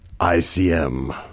ICM